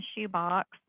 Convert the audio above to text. shoebox